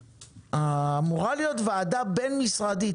אמורה להיות וועדה בין משרדית,